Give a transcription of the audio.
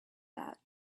that